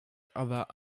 other